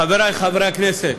חברי חברי הכנסת,